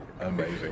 Amazing